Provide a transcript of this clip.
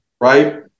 right